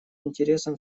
интересам